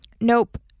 nope